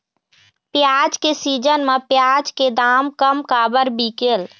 प्याज के सीजन म प्याज के दाम कम काबर बिकेल?